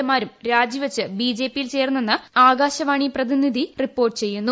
A മാരും രാജിവച്ച് ബിജെപിയിൽ ചേർന്നെന്ന് ആകാശവാണി പ്രതിനിധി റിപ്പോർട്ട് ചെയ്യുന്നു